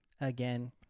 again